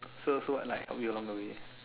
so so what like help you along the way